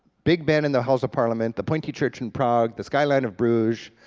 big ben, and the house of parliament, the pointy church in prague, the skyline of bruges,